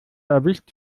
erwischt